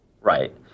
Right